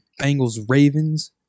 Bengals-Ravens